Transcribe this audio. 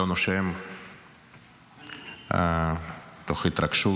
לא נושם מתוך ההתרגשות